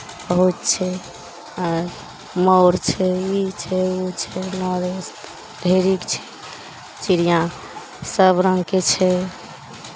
बहुत छै आ मोर छै ई छै ओ छै ढेरीक छै चिड़ियाँ सभ रङ्गके छै